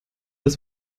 das